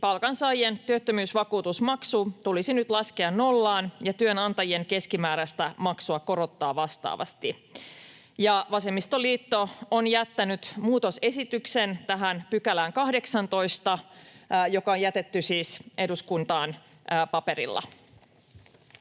palkansaajien työttömyysvakuutusmaksu tulisi nyt laskea nollaan ja työnantajien keskimääräistä maksua korottaa vastaavasti. Vasemmistoliitto on jättänyt tähän 18 §:ään muutosesityksen, joka on jätetty siis eduskuntaan paperilla.